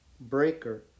Breaker